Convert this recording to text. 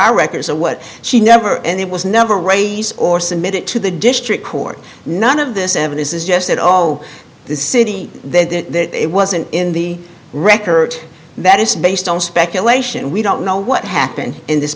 our records or what she never and it was never raised or submitted to the district court none of this evidence is just at all the city that it wasn't in the record that is based on speculation we don't know what happened in this